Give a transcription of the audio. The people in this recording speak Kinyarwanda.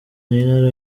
nina